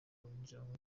umuryango